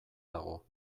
dago